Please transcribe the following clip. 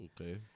Okay